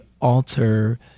alter